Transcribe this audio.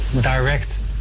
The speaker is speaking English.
direct